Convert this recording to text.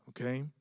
Okay